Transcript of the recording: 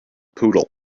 poodle